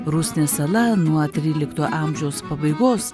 rusnės sala nuo trylikto amžiaus pabaigos